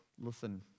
Listen